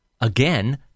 again